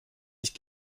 ich